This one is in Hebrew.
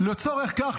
לצורך כך,